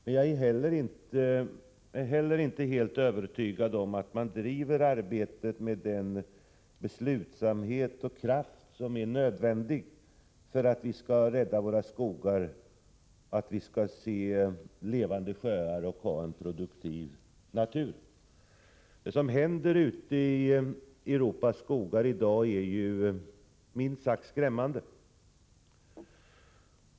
Men jag är heller inte helt övertygad om att man driver arbetet med den beslutsamhet och kraft som är nödvändig för att vi skall kunna rädda våra skogar, se levande sjöar och ha en produktiv natur. Det som händer ute i Europas skogar i dag är ju minst sagt skrämmande.